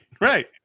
right